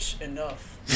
Enough